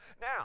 Now